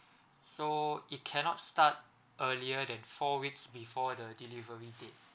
so it cannot start earlier than four weeks before the delivery date